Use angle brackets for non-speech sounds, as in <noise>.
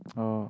<noise> oh